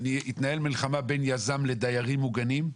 התנהלה מלחמה בין יזם לדיירים מוגנים,